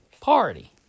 party